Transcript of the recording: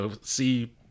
see –